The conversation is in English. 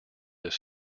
this